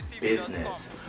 business